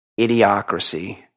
Idiocracy